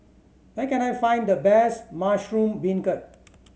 where can I find the best mushroom beancurd